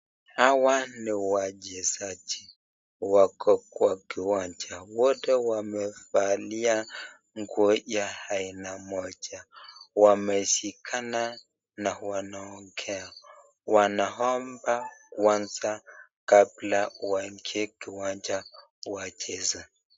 Hawa ni wachezaji wako kwa kiwanja, wote wamevalia nguo ya aina moja, wameshikana na wanaongea ,wanaomba kwanza kabala waingie kiwanja wacheze.